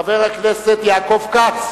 חבר הכנסת יעקב כץ